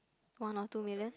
one or two million